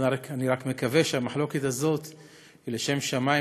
אני רק מקווה שהמחלוקת הזאת היא לשם שמים,